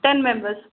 ten members